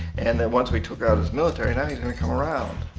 and that once we took ah this military, now he's gonna come around.